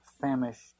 famished